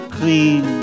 clean